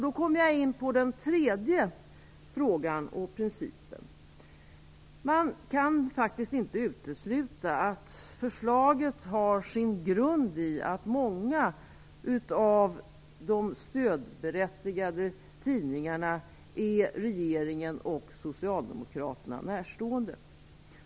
Då kommer jag in på den tredje frågan och principen. Man kan faktiskt inte utesluta att förslaget har sin grund i att många av de stödberättigade tidningarna är regeringen och Socialdemokraterna närstående.